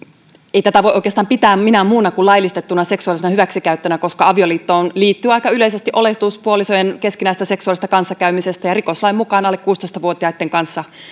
ei tätä voi oikeastaan pitää minään muuna kuin laillistettuna seksuaalisena hyväksikäyttönä koska avioliittoon liittyy aika yleisesti oletus puolisoiden keskinäisestä seksuaalisesta kanssakäymisestä ja rikoslain mukaan alle kuusitoista vuotiaitten kanssa